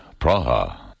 Praha